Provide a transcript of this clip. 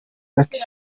lucky